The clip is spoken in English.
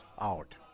out